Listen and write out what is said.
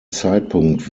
zeitpunkt